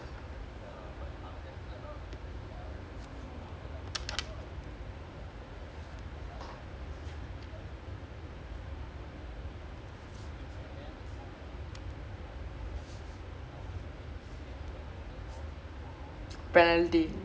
ya lah but I mean there's still a lot of like dives and stuff as in you know like even if the like last time right உனக்கு:unakku size இருந்து:irunthu advantage இருக்கும் இப்போ வந்து:irukkum ippo vanthu you can be like damn small right you just put in your two hand and cover it you just stand there then someone push you you fall over you get you get foul